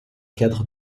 cadre